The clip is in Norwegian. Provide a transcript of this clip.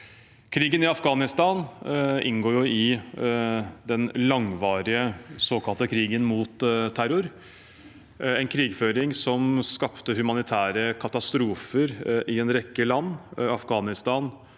Krigen i Afghanistan inngår jo i den langvarige såkalte krigen mot terror, en krigføring som skapte humanitære katastrofer i en rekke land, i Afghanistan